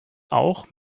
auch